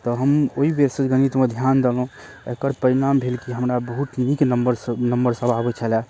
तऽ हम ओइ बेरसँ गणितमे ध्यान देलहुँ एकर परिणाम भेल कि हमरा बहुत नीक नम्बर सभ नम्बर सभ आबै छलै